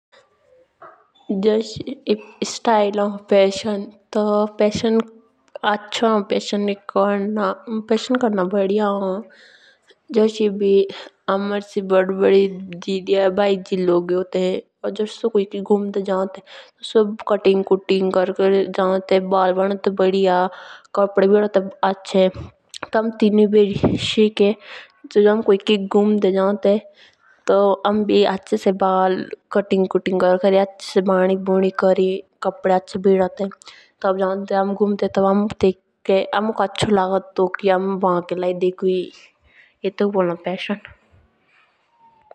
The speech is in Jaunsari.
जस इस्तैक होन अच्छा होन फेशान कोरना बढ़िया होन। जस एभी हमसे बड़ बोदे दीदी या भाईजी होन ते जेएस से घुंडे जाओं ते। केटिंग कुटिंग कोर कोरी जाओ ते बाल बोदिया कोरी कोरी तो हमें तेनुई बेरी सीखी तो हमें कोकी घुंडे जाओं ते हमेंबी बाल अच्छे से केटिंग कुटिंग कोरी कोरी जाओं ते।